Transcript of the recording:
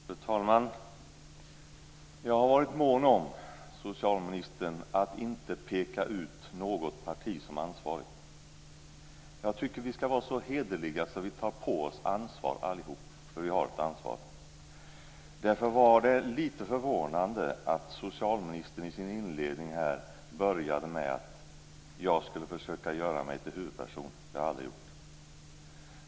Fru talman! Jag har, socialministern, varit mån om att inte peka ut något parti som ansvarigt. Jag tycker att vi skall vara så hederliga att vi alla tar på oss ansvaret, för alla har vi ett ansvar. Därför var det litet förvånande att socialministern i sin inledning sade att jag försökte göra mig till huvudperson. Det har jag aldrig gjort.